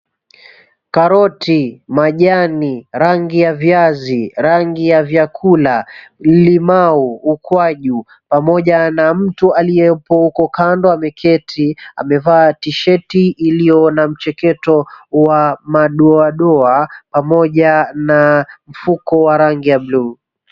Karoti, majani, rangi ya viazi, rangi ya vyakula, limau, ukwaju pamoja na mtu aliyeko huko kando ameketi amevaa tisheti iliyo na mcheketo wa madoadoa pamoja na mfuko wa rangi ya buluu.